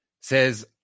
says